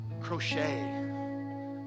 crochet